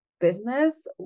business